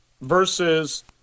Versus